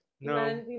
No